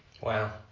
Wow